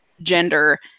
gender